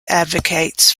advocates